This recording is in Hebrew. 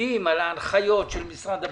מקפידים על ההנחיות של משרד הבריאות,